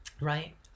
right